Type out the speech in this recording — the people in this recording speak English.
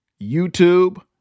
YouTube